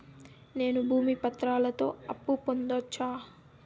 నేను భూమి పత్రాలతో అప్పు పొందొచ్చా?